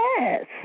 yes